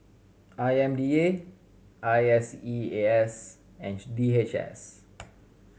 I M D A I S E A S and D H S